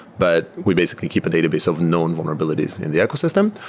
but we basically keep a database of known vulnerabilities in the ecosystem.